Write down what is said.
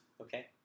Okay